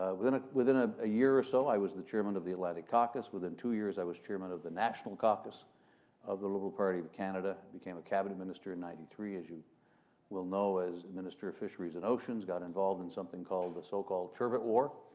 within ah within ah a year or so, i was the chairman of the atlantic caucus, within two years, i was chairman of the national caucus of the liberal party of canada. i became a cabinet minister in ninety three, as you will know, as and minister of fisheries and oceans. got involved in something called the so-called turbot war,